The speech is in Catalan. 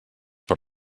per